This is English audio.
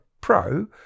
Pro